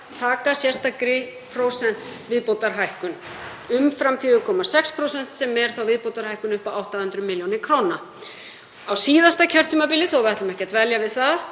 taka sérstakri prósentsviðbótarhækkun umfram 4,6%, sem er þá viðbótarhækkun upp á 800 millj. kr. Á síðasta kjörtímabili, þó að við ætlum ekki að dvelja við það,